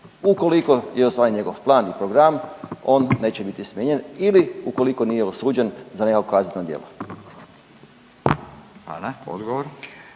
Ukoliko je ostvaren njegov plan i program on neće biti smijenjen ili ukoliko nije osuđen za nekakvo kazneno djelo. **Radin,